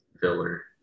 filler